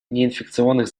неинфекционных